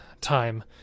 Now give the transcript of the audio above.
time